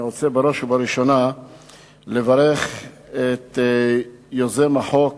אני רוצה בראש ובראשונה לברך את יוזם החוק